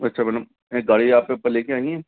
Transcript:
अच्छा मैडम यह गाड़ी आप पेपर लेकर आईं हैं